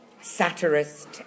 satirist